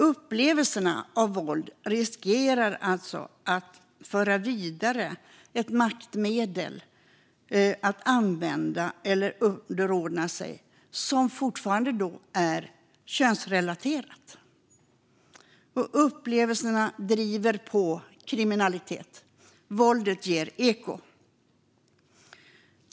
Upplevelserna av våld riskerar alltså att föra vidare ett maktmedel att använda eller underordna sig som fortfarande är könsrelaterat. Och upplevelserna driver på kriminalitet. Våldet ger eko.